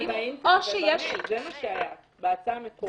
או שיש -- זה מה שהיה במקור.